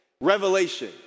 Revelation